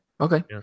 Okay